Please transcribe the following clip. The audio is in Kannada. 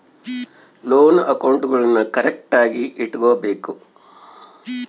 ಲೋನ್ ಅಕೌಂಟ್ಗುಳ್ನೂ ಕರೆಕ್ಟ್ಆಗಿ ಇಟಗಬೇಕು